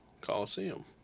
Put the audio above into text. Coliseum